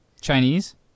Chinese